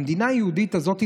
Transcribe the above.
במדינה היהודית הזאת,